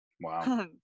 Wow